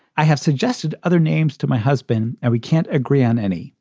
i have suggested other names to my husband and we can't agree on any.